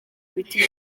ibiti